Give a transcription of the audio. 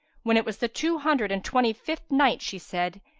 when it was the two hundred and twenty-fifth night, she said,